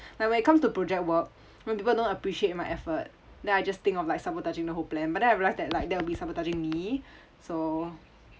like when it comes to project work when people don't appreciate my effort then I just think of like sabotaging the whole plan but then I realised that like they will be sabotaging me so